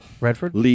Redford